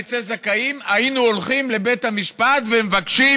מנעו מכלי תקשורת מקומיים ועולמיים להגיע למפגינים ולאנשי הציבור שהיו